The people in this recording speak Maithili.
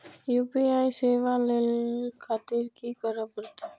यू.पी.आई सेवा ले खातिर की करे परते?